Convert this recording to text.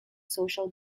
social